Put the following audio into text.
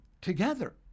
together